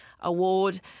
award